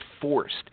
forced